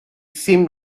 seemed